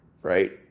Right